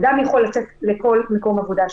אדם יכול לצאת לכל מקום שהוא.